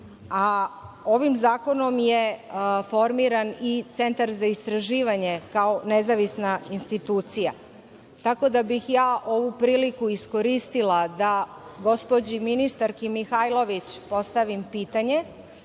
zakonom je formiran i Centar za istraživanje, kao nezavisna institucija. Ja bih ovu priliku iskoristila da gospođi ministarki Mihajlović postavim pitanje,